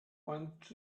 wants